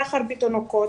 סחר בתינוקות.